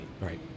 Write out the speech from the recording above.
Right